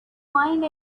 find